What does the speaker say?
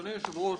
אדוני היושב-ראש,